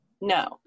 No